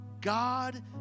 God